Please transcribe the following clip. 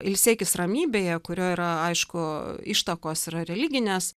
ilsėkis ramybėje kurio yra aišku ištakos yra religinės